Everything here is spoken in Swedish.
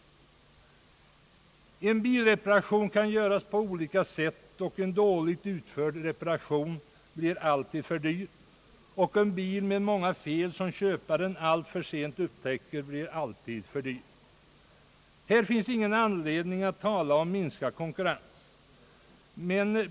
En bilreparation kan göras på olika sätt, och en dåligt utförd reparation blir alltid för dyr. En bil med många fel, som köparen alltför sent upptäcker, blir också alltid för dyr. Här finns ingen anledning att tala om minskad konkurrens.